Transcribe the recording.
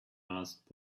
asked